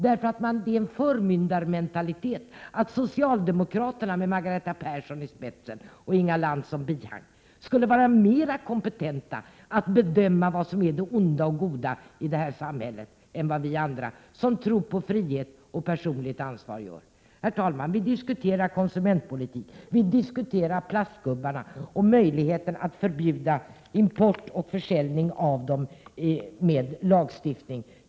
Det innebär en förmyndarmentalitet att säga att socialdemokraterna med Margareta Persson i spetsen — och Inga Lantz som bihang — skulle vara mera kompetenta att bedöma vad som är det onda och det goda i det här samhället än vi, som tror på frihet och personligt ansvar. Herr talman! Vi diskuterar konsumentpolitik, vi diskuterar plastgubbarna och möjligheten att med lagstiftning förbjuda import och försäljning av dem.